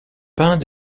peint